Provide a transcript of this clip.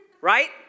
right